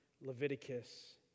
Leviticus